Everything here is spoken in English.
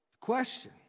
question